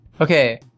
Okay